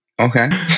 Okay